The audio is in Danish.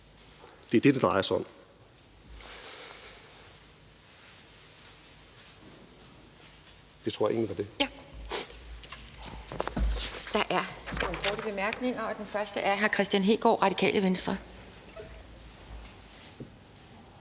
Det er det, det drejer sig om. Det tror jeg egentlig var det.